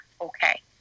okay